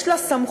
יש לה סמכות.